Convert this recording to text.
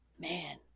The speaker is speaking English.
Man